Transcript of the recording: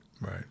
Right